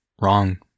wrong